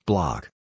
Block